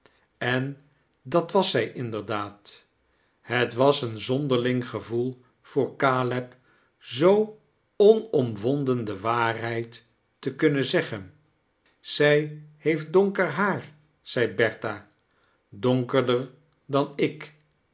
en dat was zij inderdaad het was een zonderling gevoel voor caleb zoo oncxmwonden de waarheid te kurnnen zeggen zij heeft donkar haar zei bertha donkerder dan ik